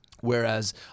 Whereas